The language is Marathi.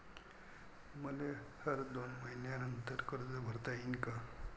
मले हर दोन मयीन्यानंतर कर्ज भरता येईन का?